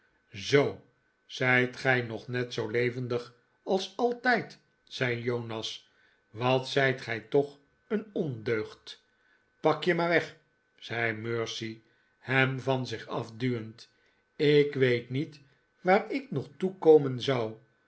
zoo zijt gij nog net zoo levendig als altijd zei jonas wat zijt gij tbch een ondeugd pak je maar weg zei mercy hem van zich afduwend ik weet niet waar ik nog toe komen zou